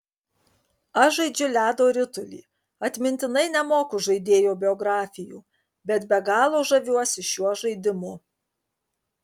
aš žaidžiu ledo ritulį atmintinai nemoku žaidėjų biografijų bet be galo žaviuosi šiuo žaidimu